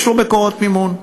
יש לו מקורות מימון.